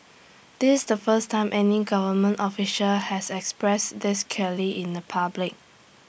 this the first time any government official has expressed this clearly in the public